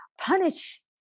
punish